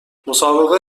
مسابقه